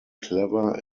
clever